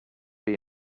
have